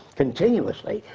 continuously.